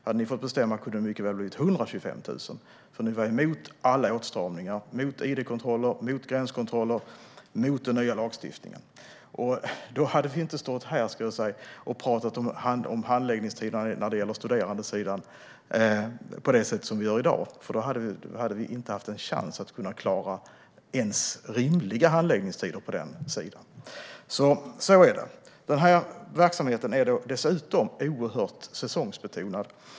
Hade ni fått bestämma hade det mycket väl kunnat bli 125 000, för ni var emot alla åtstramningar, mot id-kontroller, mot gränskontroller, mot den nya lagstiftningen. Då hade vi inte stått här och pratat om handläggningstider när det gäller studenter på det sätt som vi gör i dag, för då hade vi inte haft en chans att kunna klara ens rimliga handläggningstider på det området. Så är det. Den här verksamheten är dessutom oerhört säsongsbetonad.